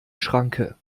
schranke